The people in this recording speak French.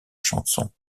chanson